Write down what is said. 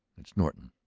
it's norton.